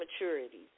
maturity